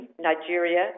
Nigeria